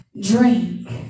drink